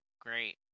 great